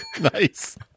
Nice